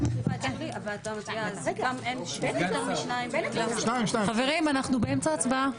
--- חברים, אנחנו באמצע הצבעה.